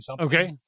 Okay